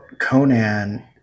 Conan